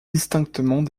distinctement